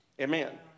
Amen